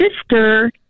sister